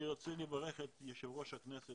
אני רוצה לברך את יושב ראש הסוכנות